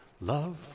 Love